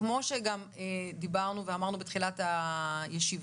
כמו שדיברנו ואמרנו בתחילת הישיבה,